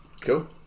Cool